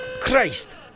Christ